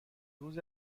روز